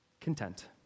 content